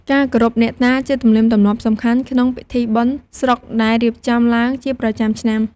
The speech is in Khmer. ការគោរពអ្នកតាជាទំនៀមទម្លាប់សំខាន់ ក្នុងពិធីបុណ្យស្រុកដែលរៀបចំឡើងជាប្រចាំឆ្នាំ។